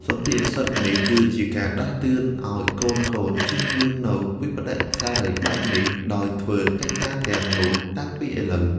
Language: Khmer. សុភាសិតនេះគឺជាការដាស់តឿនឲ្យកូនៗជៀសវាងនូវវិប្បដិសារីបែបនេះ ដោយធ្វើកិច្ចការទាំងនោះតាំងពីឥឡូវ។